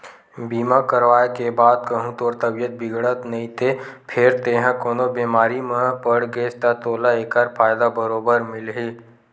बीमा करवाय के बाद कहूँ तोर तबीयत बिगड़त नइते फेर तेंहा कोनो बेमारी म पड़ गेस ता तोला ऐकर फायदा बरोबर मिलही